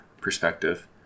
perspective